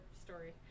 story